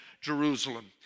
Jerusalem